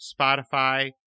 Spotify